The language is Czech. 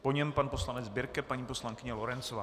Po něm pan poslanec Birke, paní poslankyně Lorencová.